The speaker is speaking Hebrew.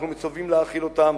אנחנו מצווים להאכיל אותם,